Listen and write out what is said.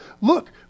Look